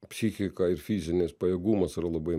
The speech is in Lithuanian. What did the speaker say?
psichika ir fizinis pajėgumas yra labai